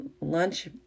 lunch